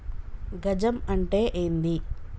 గజం అంటే ఏంది?